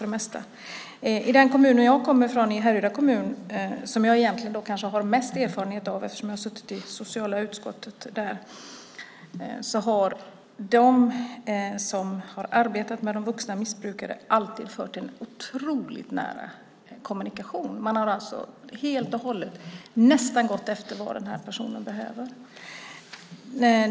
I Härryda kommun, som jag själv kommer ifrån och som jag egentligen har mest erfarenhet av eftersom jag har suttit i sociala utskottet där, har de som har arbetat med vuxna missbrukare alltid fört en otroligt nära kommunikation med dem. Man har nästan helt och hållet gått efter vad personerna i fråga behöver.